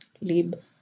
lib